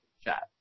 chat